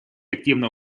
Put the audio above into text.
активно